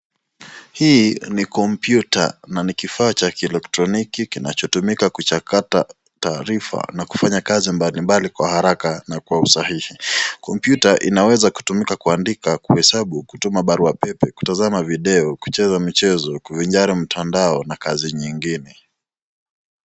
Hii ni computer na ni kifaa cha kielektorniki kinachotuika kuchakata taarifa na kufanya kazi mbali mbali kwa haraka na kwa usahihi, computer inaweza kutumika kuandika, kuhesabu, kutuma barua pepe, kutazama video, kucheza mchezo, kuvinjari mtandoa na kazi nyingine.